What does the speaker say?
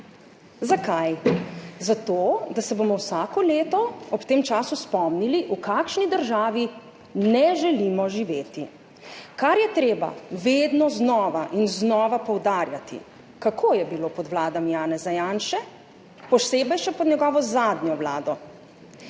Zakaj? Zato da se bomo vsako leto ob tem času spomnili, v kakšni državi ne želimo živeti, kar je treba vedno znova in znova poudarjati, kako je bilo pod vladami Janeza Janše, posebej še pod njegovo zadnjo vlado.